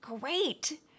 great